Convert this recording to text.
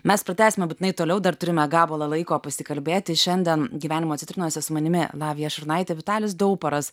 mes pratęsime būtinai toliau dar turime gabalą laiko pasikalbėti šiandien gyvenimo citrinose su manimi lavija šurnaite vitalis dauparas